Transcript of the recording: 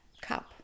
cup